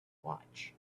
watch